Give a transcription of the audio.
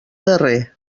darrer